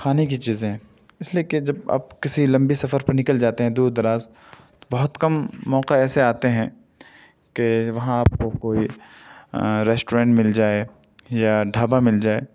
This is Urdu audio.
کھانے کی چیزیں ہیں اس لئے کہ جب آپ کسی لمبی سفر پر نکل جاتے ہیں دور دراز بہت کم موقع ایسے آتے ہیں کہ وہاں آپ کو کوئی ریسٹورنٹ مل جائے یا ڈھابا مل جائے